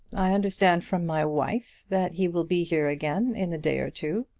i understand from my wife that he will be here again in a day or two.